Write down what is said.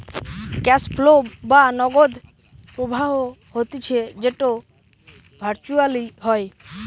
cash flow বা নগদ প্রবাহ হতিছে যেটো ভার্চুয়ালি হয়